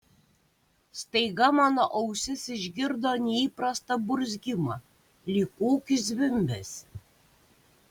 staiga mano ausis išgirdo neįprastą burzgimą lyg kokį zvimbesį